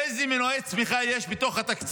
איזה מנועי צמיחה יש בתקציב,